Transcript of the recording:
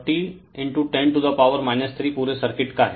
यह L 4010 to the power 3 पूरे circuit का है